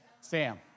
Sam